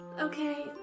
Okay